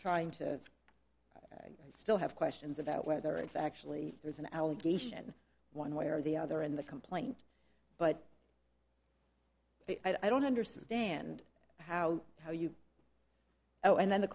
trying to still have questions about whether it's actually there's an allegation one way or the other in the complaint but i don't understand how how you know and then the